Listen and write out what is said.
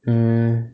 mm